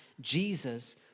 Jesus